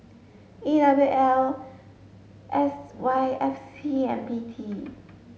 E W L S Y F C and P T